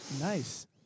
Nice